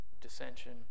dissension